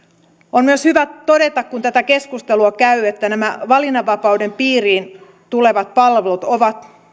on myös hyvä todeta kun tätä keskustelua käy että nämä valinnanvapauden piiriin tulevat palvelut ovat